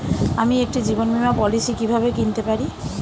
আমি একটি জীবন বীমা পলিসি কিভাবে কিনতে পারি?